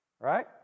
right